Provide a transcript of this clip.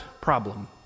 problem